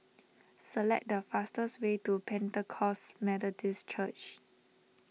select the fastest way to Pentecost Methodist Church